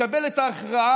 לקבל את ההכרעה.